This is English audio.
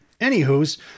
Anywhos